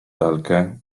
lalkę